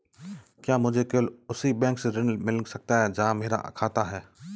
क्या मुझे केवल उसी बैंक से ऋण मिल सकता है जहां मेरा खाता है?